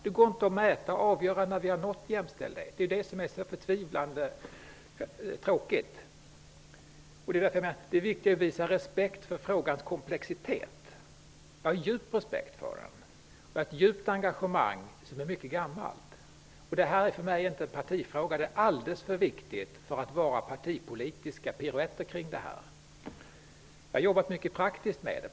Det går inte att mäta och avgöra när vi har nått jämställdhet. Det är detta som är så förtvivlat tråkigt. Det är viktigt att visa respekt för frågans komplexitet. Jag har en djup respekt för den, och jag har ett djupt engagemang som är mycket gammalt. Detta är inte en partifråga för mig. Den är alldeles för viktig för att det skall förekomma partipolitiska piruetter kring den. Jag har jobbat mycket praktiskt med detta.